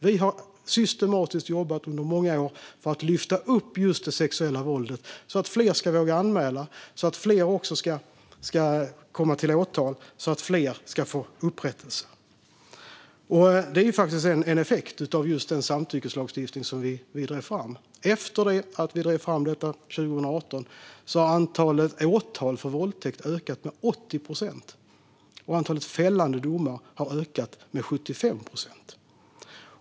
Vi har systematiskt jobbat under många år för att lyfta upp just det sexuella våldet så att fler ska våga anmäla, så att fler fall ska leda till åtal och så att fler ska få upprättelse. Just detta är en effekt av den samtyckeslagstiftning som vi drev fram. Efter att vi drev fram den 2018 har antalet åtal för våldtäkt ökat med 80 procent. Antalet fällande domar har ökat med 75 procent.